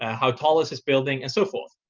ah how tall is this building, and so forth.